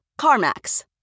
CarMax